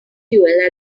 fuel